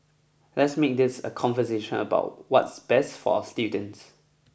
let's make this a conversation about what's best for our students